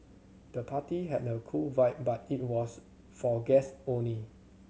the party had a cool vibe but it was for guest only